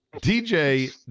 DJ